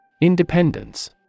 Independence